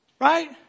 Right